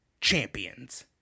Champions